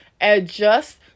adjust